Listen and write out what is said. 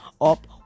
up